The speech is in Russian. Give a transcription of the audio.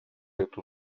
эту